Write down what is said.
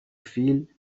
فیل